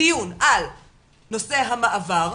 דיון על נושא המעבר,